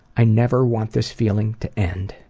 i never want this feeling to end.